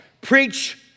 Preach